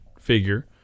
figure